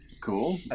Cool